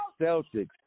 Celtics